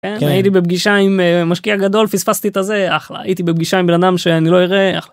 הייתי בפגישה עם משקיע גדול פספסתי את הזה אחלה הייתי בפגישה עם אדם שאני לא אראה